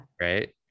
Right